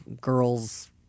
girls –